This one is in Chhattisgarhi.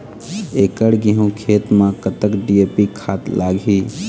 एकड़ गेहूं खेत म कतक डी.ए.पी खाद लाग ही?